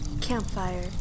Campfire